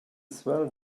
swell